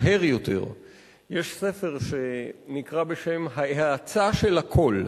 יש ספר שנקרא בשם " מהר יותר, ההאצה של הכול".